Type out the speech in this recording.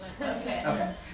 Okay